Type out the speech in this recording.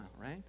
right